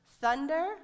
thunder